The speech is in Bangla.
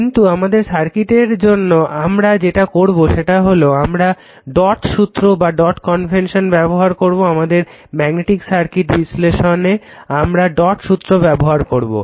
কিন্তু আমাদের সার্কিটের জন্য আমরা যেটা করবো সেটা হলো আমরা ডট সূত্র ব্যবহার করবো আমাদের ম্যগনেটিক সার্কিট বিশ্লেষণে আমরা ডট সূত্র ব্যবহার করবো